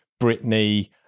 Britney